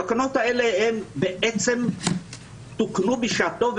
התקנות האלה תוקנו בשעתו,